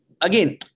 Again